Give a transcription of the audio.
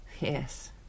Yes